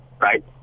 right